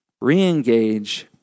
reengage